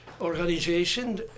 organization